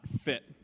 fit